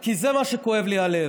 כי זה מה שכואב לי בלב.